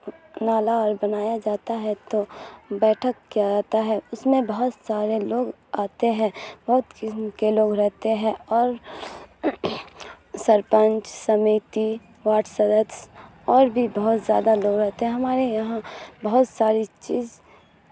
نالا اور بنایا جاتا ہے تو بیٹھک کیا جاتا ہے اس میں بہت سارے لوگ آتے ہیں بہت قسم کے لوگ رہتے ہیں اور سرپنچ سمیتی واڈ سدسیہ اور بھی بہت زیادہ لوگ رہتے ہیں ہمارے یہاں بہت ساری چیز